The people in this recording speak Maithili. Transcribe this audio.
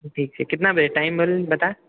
ठीक छै कितना बजे टाइम बता